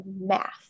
math